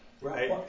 Right